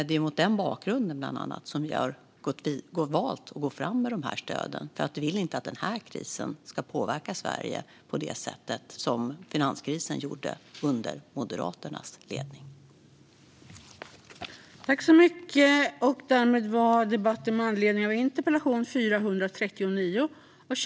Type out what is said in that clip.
Det är bland annat mot den bakgrunden som vi har valt att gå fram med de här stöden. Vi vill inte att den här krisen ska påverka Sverige på det sätt som finanskrisen gjorde under Moderaternas ledning.